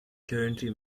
currently